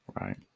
Right